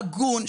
הגון,